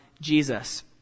Jesus